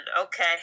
Okay